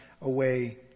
away